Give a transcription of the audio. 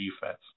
defense